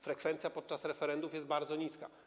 Frekwencja podczas referendów jest bardzo niska.